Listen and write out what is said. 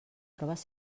proves